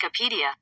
Wikipedia